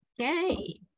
Okay